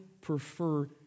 prefer